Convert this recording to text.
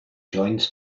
joins